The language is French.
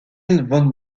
von